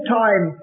time